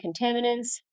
contaminants